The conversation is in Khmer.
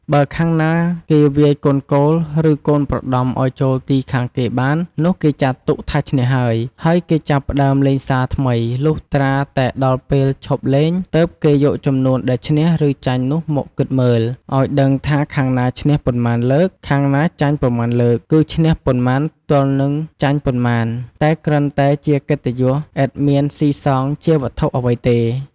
បើខាងណាគេវាយកូនគោល ឬកូនប្រដំឲ្យចូលទីខាងគេបាន នោះគេចាត់ទុកថាឈ្នះហើយ ហើយគេចាប់ផ្ដើមលេងសារថ្មី លុះត្រាតែដល់ពេលឈប់លេងទើបគេយកចំនួនដែលឈ្នះ ឬចាញ់នោះមកគិតមើល ឲ្យដឹងថាខាងណាឈ្នះប៉ុន្មានលើក ខាងណាចាញ់ប៉ុន្មានលើក គឹឈ្នះប៉ុន្មានទល់នឹងចាញ់ប៉ុន្មាន តែគ្រាន់តែជាកិត្តិយស ឥតមានសុីសងជាវត្ថុអ្វីទេ។